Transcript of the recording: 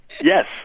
Yes